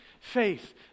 Faith